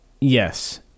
Yes